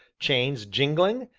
chains jingling,